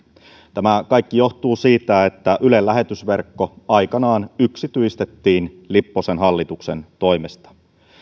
tämä kaikki johtuu siitä että ylen lähetysverkko aikanaan yksityistettiin lipposen hallituksen toimesta